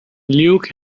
luke